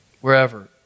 wherever